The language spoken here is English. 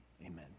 Amen